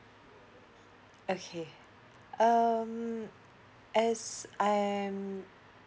okay um as I'm